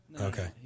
Okay